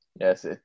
Yes